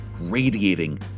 radiating